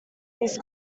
these